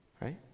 right